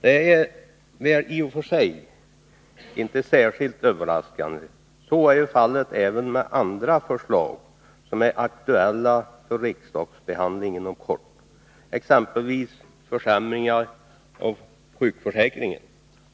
Detta är väl i och för sig inte särskilt överraskande. Så är ju fallet även med andra förslag, som är aktuella för riksdagsbehandling inom kort, exempelvis försämringen av sjukförsäkringen.